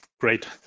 Great